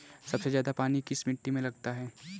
सबसे ज्यादा पानी किस मिट्टी में लगता है?